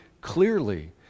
clearly